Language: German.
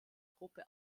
gruppe